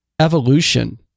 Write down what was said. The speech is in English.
evolution